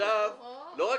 לא רק